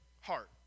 heart